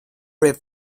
pre